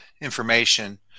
information